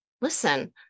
listen